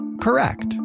correct